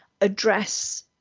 address